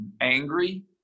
angry